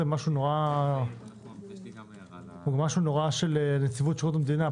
זה משהו נורא של נציבות שירות המדינה.